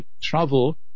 travel